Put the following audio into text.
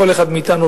כל אחד מאתנו,